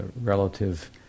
relative